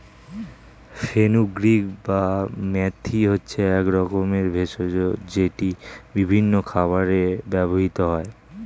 fenugreek বা মেথি হচ্ছে এক রকমের ভেষজ যেটি বিভিন্ন খাবারে ব্যবহৃত হয়